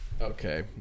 Okay